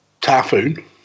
typhoon